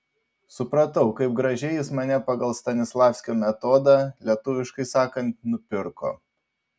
supratau kaip gražiai jis mane pagal stanislavskio metodą lietuviškai sakant nupirko